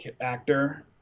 actor